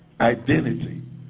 identity